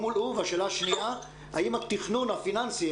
האם התכנון הפיננסי,